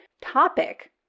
topic